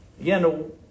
Again